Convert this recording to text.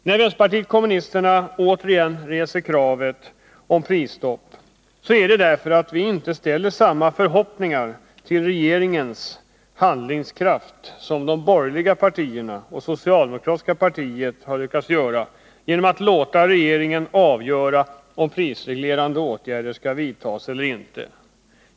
När vänsterpartiet kommunisterna återigen reser kravet på prisstopp gör vi det därför att vi inte ställer samma förhoppning till regeringens handlingskraft som de borgerliga partierna och det socialdemokratiska partiet gör genom att låta regeringen avgöra om prisreglerande åtgärder skall vidtas eller inte.